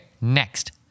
next